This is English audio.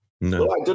No